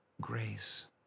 grace